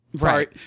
right